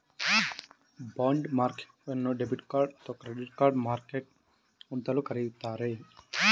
bond ಮಾರ್ಕೆಟ್ಟನ್ನು debit market ಅಥವಾ credit market ಅಂತಲೂ ಕರೆಯುತ್ತಾರೆ